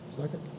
Second